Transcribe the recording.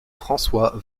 françois